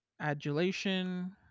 adulation